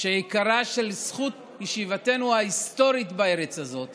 שעיקרה של זכות ישיבתנו ההיסטורית בארץ הזאת